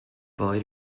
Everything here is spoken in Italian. poi